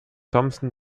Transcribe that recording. thompson